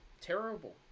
terrible